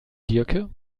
diercke